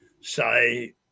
say